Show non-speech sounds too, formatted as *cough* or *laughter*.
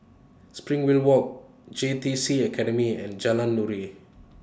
*unintelligible* Walk J T C Academy and Jalan Nuri